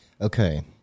Okay